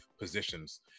positions